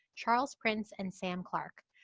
charles prince and sam clark.